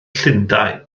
llundain